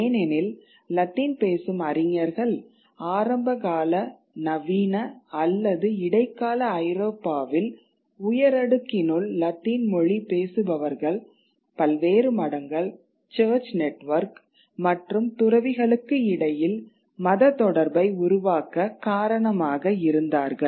ஏனெனில் லத்தீன் பேசும் அறிஞர்கள் ஆரம்பகால நவீன அல்லது இடைக்கால ஐரோப்பாவில் உயரடுக்கினுள் லத்தீன் மொழி பேசுபவர்கள் பல்வேறு மடங்கள் சர்ச் நெட்வொர்க் மற்றும் துறவிகளுக்கு இடையில் மத தொடர்பை உருவாக்க காரணமாக இருந்தார்கள்